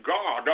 God